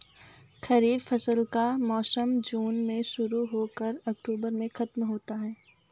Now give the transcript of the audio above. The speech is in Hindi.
खरीफ फसल का मौसम जून में शुरू हो कर अक्टूबर में ख़त्म होता है